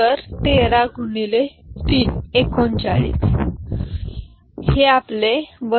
तर तेरा गुणिले तीन 39 बरोबर आहे